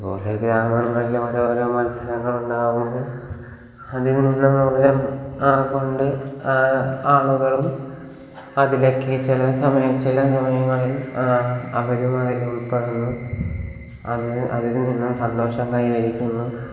ഇത് പോലെ ഗ്രാമങ്ങളിലോരോരോ മത്സരങ്ങളുണ്ടാവുന്നു അതിൽ നിന്നും ഊർജം കൊണ്ട് ആൾ ആളുകളും അതിലെക്കെ ചില സമയം ചില സമയങ്ങളിൽ അവരുമായി ഉൾപ്പെടുന്നു അതിൽ അതിൽ നിന്നും സന്തോഷം കൈവരിക്കുന്നു